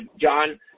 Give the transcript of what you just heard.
John